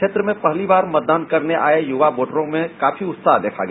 क्षेत्र में पहली बार मतदान करने आये युवा वोटरों में काफी उत्साह देखा गया